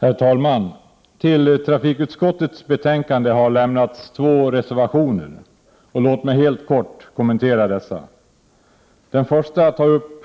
Herr talman! Till trafikutskottets betänkande har fogats två reservationer. Låt mig helt kort kommentera dessa. Den första reservationen tar upp